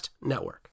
Network